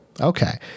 Okay